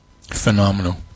Phenomenal